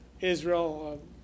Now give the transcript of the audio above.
Israel